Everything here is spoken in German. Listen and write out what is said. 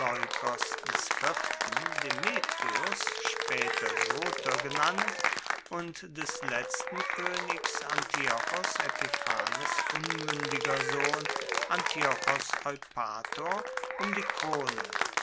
des vierten demetrios später soter genannt und des letzten königs antiochos epiphanes unmündiger sohn antiochos eupator um die krone